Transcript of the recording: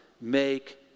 make